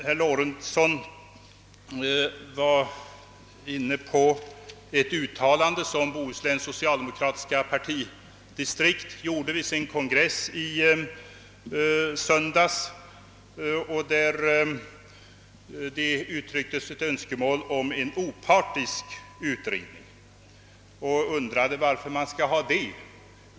Herr Lorentzon berörde ett uttalande som Bohusläns socialdemokratiska partidistrikt gjorde vid sin kongress i söndags och i vilken det uttalades ett önskemål om en opartisk utredning; han undrade varför man skall ha en sådan.